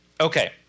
Okay